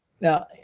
Now